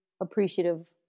appreciative